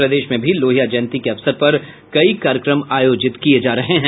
प्रदेश में भी लोहिया जयंती के अवसर पर कई कार्यक्रम आयोजित किये जा रहे हैं